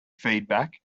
feedback